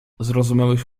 zrozumiałeś